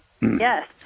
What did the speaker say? Yes